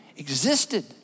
existed